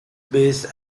base